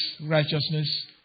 righteousness